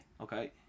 Okay